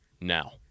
now